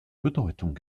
bedeutung